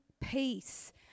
peace